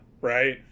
right